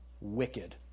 Wicked